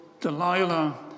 Delilah